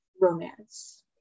romance